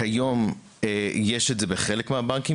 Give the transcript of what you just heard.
כיום יש את זה בחלק מהבנקים,